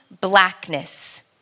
blackness